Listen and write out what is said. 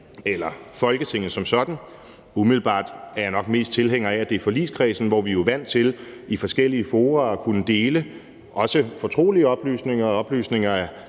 eller Folketinget som sådan. Umiddelbart er jeg nok mest tilhænger af, at det er forligskredsen, hvor vi jo er vant til i forskellige fora at kunne dele også fortrolige oplysninger og oplysninger,